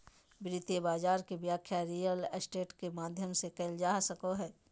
वित्तीय बाजार के व्याख्या रियल स्टेट के माध्यम से कईल जा सको हइ